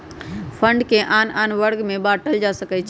fund के आन आन वर्ग में बाटल जा सकइ छै